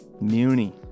Muni